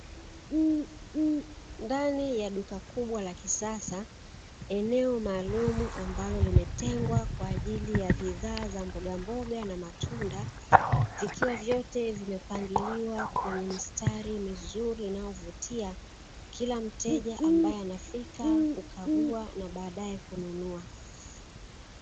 Ndani ya duka kubwa la kisasa, eneo maalumu ambalo limetengwa kwa ajili ya bidhaa za mbogamboga na matunda, vikiwa vyote vimepangiliwa kwenye mistari mizuri inayovutia, kila mteja ambaye anafika kukagua na baadaye kununua.